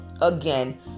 again